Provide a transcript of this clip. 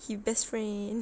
he best friend